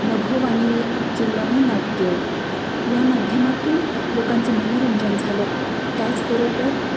नभोवाणीची नभोनाट्य या माध्यमातून लोकांचं मनोरंजन झालं त्याचबरोबर